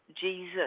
Jesus